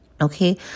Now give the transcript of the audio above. Okay